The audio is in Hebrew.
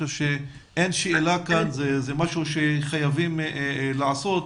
זה משהו שחייבים לעשות.